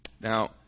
Now